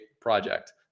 project